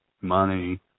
money